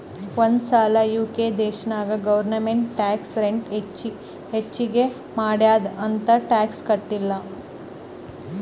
ಒಂದ್ ಸಲಾ ಯು.ಕೆ ದೇಶನಾಗ್ ಗೌರ್ಮೆಂಟ್ ಟ್ಯಾಕ್ಸ್ ರೇಟ್ ಹೆಚ್ಚಿಗ್ ಮಾಡ್ಯಾದ್ ಅಂತ್ ಟ್ಯಾಕ್ಸ ಕಟ್ಟಿಲ್ಲ